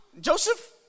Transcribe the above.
Joseph